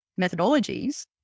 methodologies